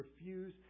refuse